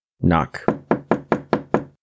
Knock